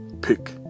pick